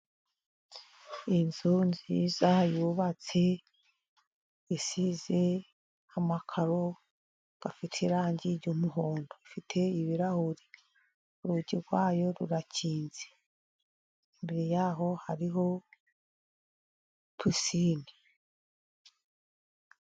inzu nziza yubatse isize amakaro afite irangi ry'umuhondo. iIite ibirahuri, urugi rwayo rurakinze, imbere yaho hariho pisine.